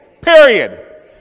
period